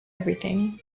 everything